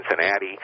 Cincinnati